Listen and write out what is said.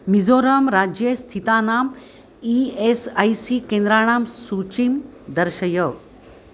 मिज़ोरामराज्ये स्थितानाम् E S I C केन्द्राणां सूचीं दर्शय